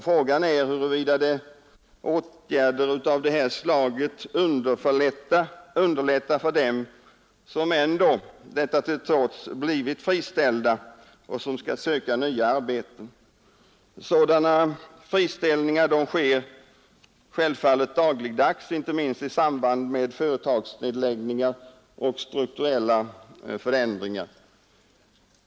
Frågan är huruvida åtgärder av detta slag underlättar för dem som blivit friställda och skall söka nya arbeten. Sådana friställningar sker dagligdags, inte minst i samband med företagsnedläggningar och strukturella förändringar.